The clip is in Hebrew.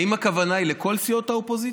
האם הכוונה היא לכל סיעות האופוזיציה?